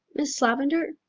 miss lavendar,